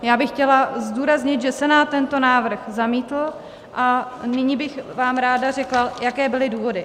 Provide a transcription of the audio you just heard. Já bych chtěla zdůraznit, že Senát tento návrh zamítl, a nyní bych vám ráda řekla, jaké byly důvody.